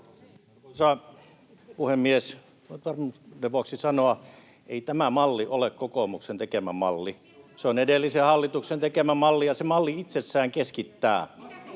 puhemies! Haluan varmuuden vuoksi sanoa, että ei tämä malli ole kokoomuksen tekemä malli. Se on edellisen hallituksen tekemä malli, ja se malli itsessään keskittää.